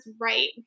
right